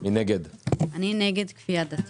אני אומר לא לאשר היום אלא להמתין ולראות.